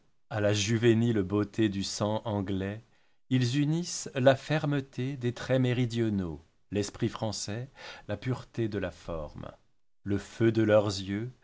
à la juvénile beauté du sang anglais ils unissent la fermeté des traits méridionaux l'esprit français la pureté de la forme le feu de leurs yeux